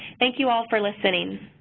thank you, all, for listening.